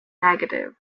negative